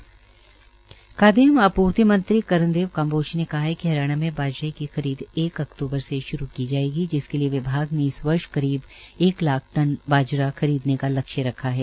हरियाणा के खाद्य एवं आपूर्ति मंत्री श्री कर्णदेव कांबोज ने कहा कि हरियाणा में बाजरे की खरीद एक अक्तूबर से श्रू की जाएगी जिसके लिए विभाग ने इस वर्ष करीब एक लाख टन बाजरा खरीदने का लक्ष्य रखा है